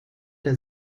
der